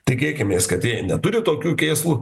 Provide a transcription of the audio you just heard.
tikėkimės kad jie neturi tokių kėslų